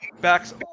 backs